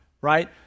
right